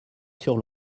sur